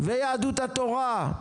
ויהדות התורה,